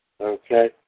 Okay